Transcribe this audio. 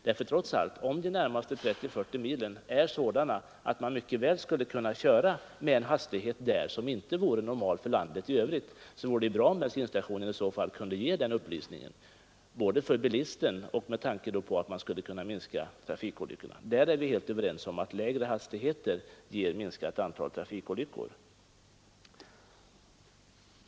Om dessa vägar är sådana att de skulle tillåta en hastighet som inte vore normal för landet i övrigt, vore det bra, om bensinstationen i så fall kunde ge den upplysningen med tanke på att trafikolyckorna därmed skulle minskas. I detta fall är vi helt överens om att lägre hastigheter ger ett minskat antal trafikolyckor.